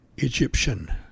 Egyptian